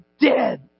dead